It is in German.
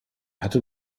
hatte